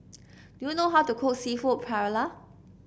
do you know how to cook seafood Paella